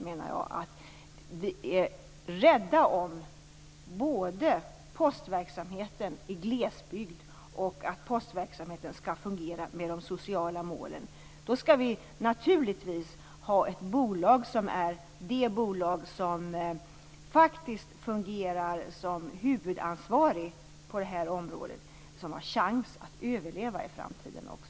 Regeringen är både rädd om postverksamheten i glesbygd och mån om att postverksamheten skall fungera med de sociala målen. Naturligtvis skall det bolag som fungerar som huvudansvarig på detta område ha en chans att överleva i framtiden också.